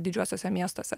didžiuosiuose miestuose